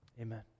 Amen